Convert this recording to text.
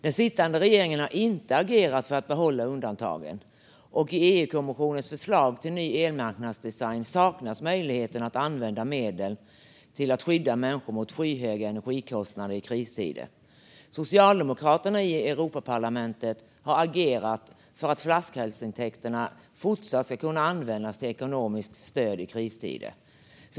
Den sittande regeringen har inte agerat för att få behålla undantaget, och i EU-kommissionens förslag till ny elmarknadsdesign saknas möjligheten att använda medel för att skydda människor mot skyhöga energikostnader i kristider. Socialdemokraterna i Europaparlamentet har agerat för att flaskhalsintäkterna fortsatt ska kunna användas till ekonomiskt stöd i kristider.